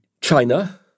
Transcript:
China